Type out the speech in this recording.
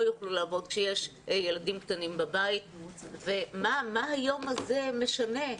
יוכלו לעבוד כשיש ילדים קטנים בבית ומה היום הזה משנה?